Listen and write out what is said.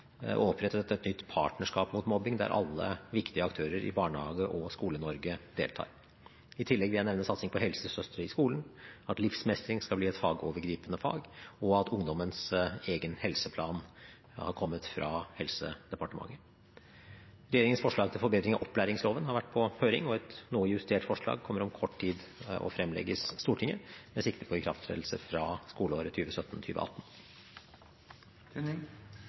et nytt Partnerskap mot mobbing der alle viktige aktører i Barnehage- og Skole-Norge deltar. I tillegg vil jeg nevne satsing på helsesøstre i skolen, at livsmestring skal bli et fagovergripende fag og at ungdommens egen helseplan er kommet fra Helsedepartementet. Regjeringens forslag til forbedring av opplæringsloven har vært på høring, og et noe justert forslag framlegges om kort tid for Stortinget med sikte på ikrafttredelse fra skoleåret